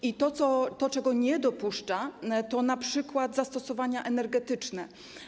I to, czego nie dopuszcza, to np. zastosowania energetyczne.